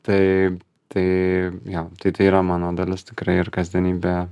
tai tai jo tai tai yra mano dalis tikrai ir kasdienybė